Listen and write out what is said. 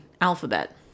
alphabet